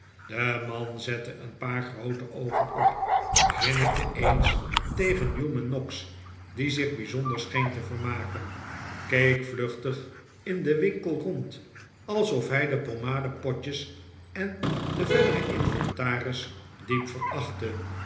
de man zette een paar groote oogen op grinnikte eens tegen newman noggs die zich bijzonder scheen te vermaken keek vluchtig in den winkel rond alsof hij de pommadepotjes en den verderen inventaris diep